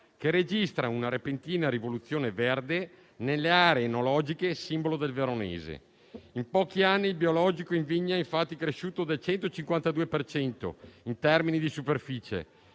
che registra una repentina rivoluzione verde nelle aree enologiche simbolo del veronese. In pochi anni (dal 2012 a fine 2019) il biologico in vigna è infatti cresciuto del 152 per cento in termini di superficie,